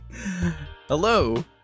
Hello